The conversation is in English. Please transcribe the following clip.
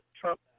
Trump